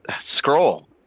scroll